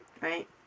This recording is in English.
right